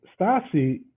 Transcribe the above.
Stasi